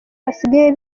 basigaye